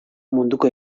munduko